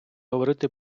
говорити